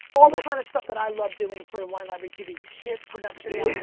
all the kind of stuff that i loved doing for wine library tv, shit production